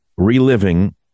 reliving